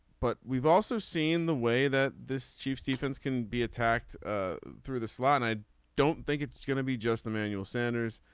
but we've also seen the way that this chiefs offense can be attacked through the slot. i don't think it's going to be just emmanuel sanders.